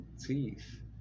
teeth